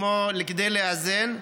כדי לאזן,